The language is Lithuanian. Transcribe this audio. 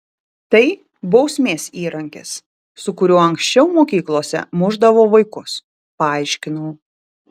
tai bausmės įrankis su kuriuo anksčiau mokyklose mušdavo vaikus paaiškinau